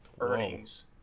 earnings